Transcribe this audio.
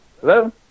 Hello